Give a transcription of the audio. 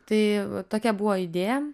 tai tokia buvo idėja